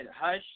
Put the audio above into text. Hush